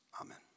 Amen